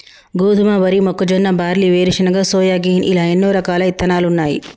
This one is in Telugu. గోధుమ, వరి, మొక్కజొన్న, బార్లీ, వేరుశనగ, సోయాగిన్ ఇలా ఎన్నో రకాలు ఇత్తనాలున్నాయి